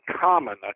common